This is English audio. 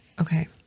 Okay